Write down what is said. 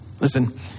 Listen